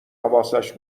حواسش